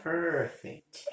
Perfect